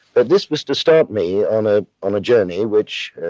but this was to start me on ah um a journey which